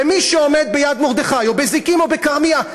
ומי שעומד ביד-מרדכי או בזיקים או בכרמייה,